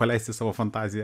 paleisti savo fantaziją